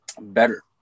better